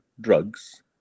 drugs